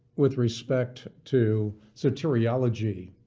with respect to soteriology,